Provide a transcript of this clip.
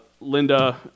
Linda